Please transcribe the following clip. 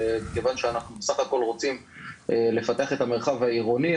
וכיוון שאנחנו בסך הכל רוצים לפתח את המרחב העירוני,